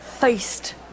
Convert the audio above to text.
faced